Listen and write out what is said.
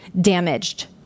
damaged